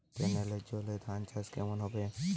কেনেলের জলে ধানচাষ কেমন হবে?